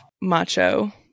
macho